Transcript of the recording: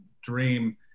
dream